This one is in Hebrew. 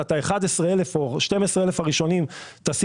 את ה-11,000 או ה-12,000 הראשונים תשים